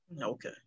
Okay